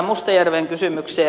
mustajärven kysymykseen